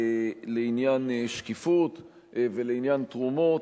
לעניין שקיפות ולעניין תרומות,